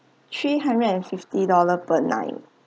three hundred and fifty dollar per night